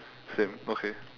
same okay